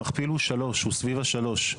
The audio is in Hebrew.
המכפיל הוא סביב ה-3.